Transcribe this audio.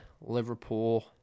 Liverpool